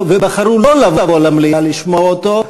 בחרו לא לבוא למליאה לשמוע אותו.